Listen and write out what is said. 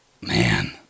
man